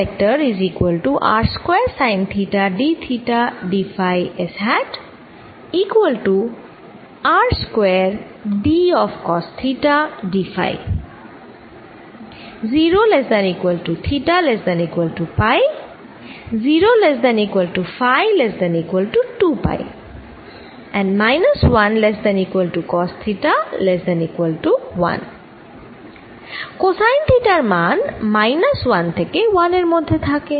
cosine থিটার মান minus 1 থেকে 1 এর মধ্যে থাকে